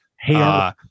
hey